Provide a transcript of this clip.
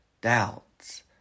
doubts